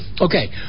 Okay